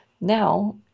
Now